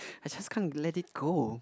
I just can't let it go